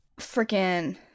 freaking